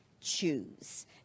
choose